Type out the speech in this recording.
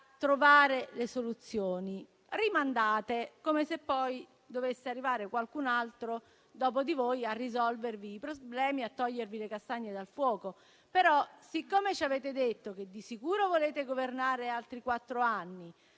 trovare le soluzioni; rimandate, come se poi dovesse arrivare qualcun altro dopo di voi a risolvervi i problemi e a togliervi le castagne dal fuoco. Però, siccome ci avete detto che di sicuro volete governare altri quattro anni,